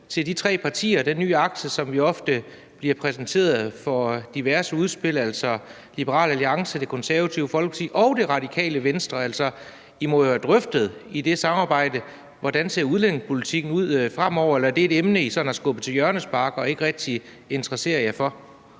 også de tre partier, den nye akse, som jo ofte bliver præsenteret for diverse udspil, altså Liberal Alliance, Det Konservative Folkeparti og Radikale Venstre. I må jo i det samarbejde have drøftet, hvordan udlændingepolitikken skal se ud fremover. Eller er det et emne, I sådan har sparket til hjørne og ikke rigtig interesserer jer for?